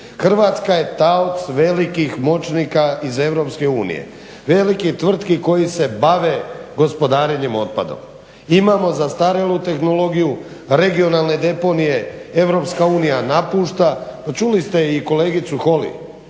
Hrvatska je taoc velikih moćnika iz EU. Velikih tvrtki koje se bave gospodarenjem otpadom. Imamo zastarjelu tehnologiju, regionalne deponije EU napušta pa čuli ste i kolegicu Holy